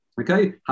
Okay